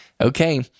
Okay